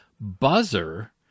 buzzer